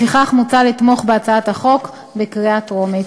לפיכך, מוצע לתמוך בהצעת החוק בקריאה טרומית.